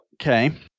Okay